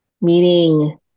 Meaning